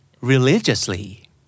Religiously